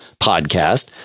podcast